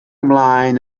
ymlaen